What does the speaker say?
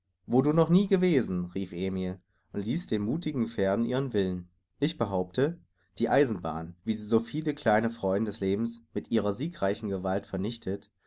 wo du noch nie gewesen rief emil und ließ den muthigen pferden ihren willen ich behaupte die eisenbahnen wie sie soviele kleine freuden des lebens mit ihrer siegreichen gewalt vernichtet